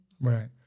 right